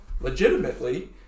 legitimately